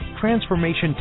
Transformation